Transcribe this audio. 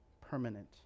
permanent